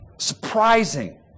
Surprising